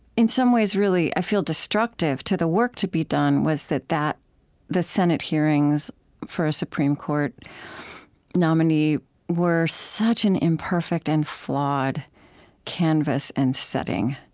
in some ways, i i feel, destructive to the work to be done was that that the senate hearings for a supreme court nominee were such an imperfect and flawed canvas and setting